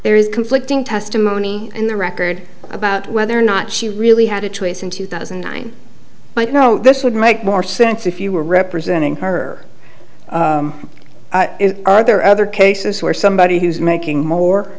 there is conflicting testimony in the record about whether or not she really had a choice in two thousand and nine but no this would make more sense if you were representing her are there other cases where somebody who's making more